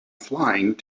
flying